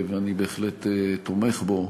ואני בהחלט תומך בו,